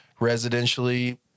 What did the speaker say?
Residentially